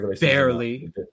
barely